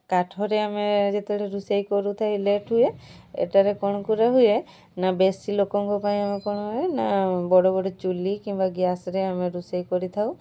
କାଠରେ ଆମେ ଯେତେବେଳେ ରୋଷେଇ କରୁଥାଏ ଲେଟ୍ ହୁଏ ଏଠାରେ କ'ଣ କରାହୁଏ ନା ବେଶୀ ଲୋକଙ୍କ ପାଇଁ ଆମେ କ'ଣ ହୁଏ ନା ବଡ଼ ବଡ଼ ଚୁଲି କିମ୍ବା ଗ୍ୟାସ୍ରେ ଆମେ ରୋଷେଇ କରିଥାଉ